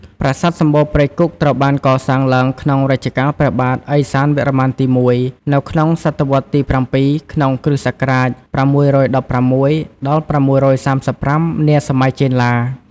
ប្រាសាទសម្បូរព្រៃគុក ត្រូវបានកសាងឡើងក្នុងរជ្ជកាលព្រះបាទឥសានវរ្ម័នទី១ នៅក្នុងសតវត្សរ៍ទី៧ ក្នុង គ្រិស្តសករាជ ៦១៦ ដល់ ៦៣៥ នាសម័យចេនឡា។